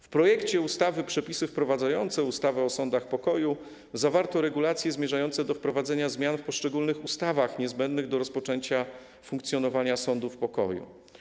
W projekcie ustawy - Przepisy wprowadzające ustawę o sądach pokoju zawarto regulacje zmierzające do wprowadzenia w poszczególnych ustawach zmian niezbędnych do rozpoczęcia funkcjonowania sądów pokoju.